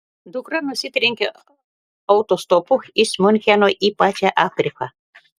dukra nusitrenkė autostopu iš miuncheno į pačią afriką